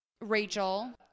rachel